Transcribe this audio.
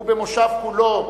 והמושב כולו,